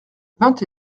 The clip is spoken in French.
vingt